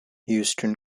houston